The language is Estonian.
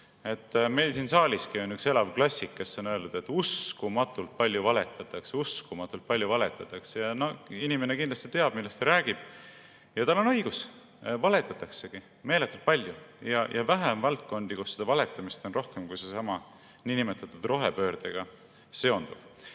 Meil siin saaliski on üks elav klassik, kes on öelnud, et uskumatult palju valetatakse. Uskumatult palju valetatakse! Inimene kindlasti teab, millest ta räägib. Ja tal on õigus! Valetataksegi meeletult palju. Vähe on valdkondi, kus seda valetamist on rohkem kui seesama niinimetatud rohepöördega seonduv.